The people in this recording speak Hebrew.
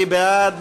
מי בעד?